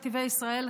בחברת נתיבי ישראל,